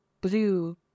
Blue